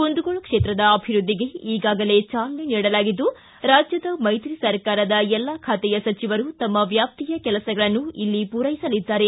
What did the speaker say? ಕುಂದಗೋಳ ಕ್ಷೇತ್ರದ ಅಭಿವೃದ್ಧಿಗೆ ಈಗಾಗಲೇ ಜಾಲನೆ ನೀಡಲಾಗಿದ್ದು ರಾಜ್ಯದ ಮೈತ್ರಿ ಸರ್ಕಾರದ ಎಲ್ಲಾ ಖಾತೆಯ ಸಚಿವರು ತಮ್ಮ ವ್ಯಾಪ್ತಿಯ ಕೆಲಸಗಳನ್ನು ಇಲ್ಲಿ ಪೂರೈಸಲಿದ್ದಾರೆ